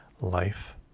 life